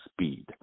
speed